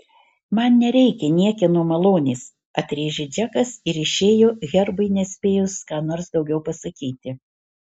man nereikia niekieno malonės atrėžė džekas ir išėjo herbui nespėjus ką nors daugiau pasakyti